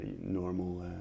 normal